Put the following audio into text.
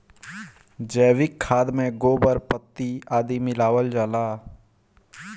जैविक खाद में गोबर, पत्ती आदि मिलावल जाला